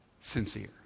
sincere